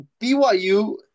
BYU